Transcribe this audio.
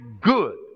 good